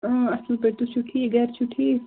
اۭں اَصٕل پٲٹھۍ تُہۍ چھِو ٹھیٖک گَرِ چھِو ٹھیٖک